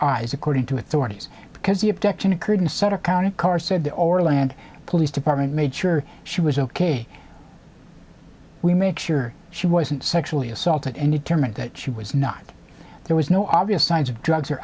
eyes according to authorities because the abduction occurred inside a county car said the orlando police department made sure she was ok we make sure she wasn't sexually assaulted and determined that she was not there was no obvious signs of drugs or